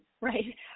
Right